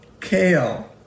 kale